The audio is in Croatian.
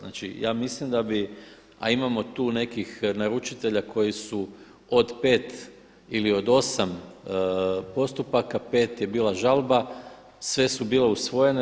Znači ja mislim da bi a imamo tu nekih naručitelja koji su od 5 ili od 8 postupaka, 5 je bila žalba, sve su bile usvojene.